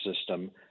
system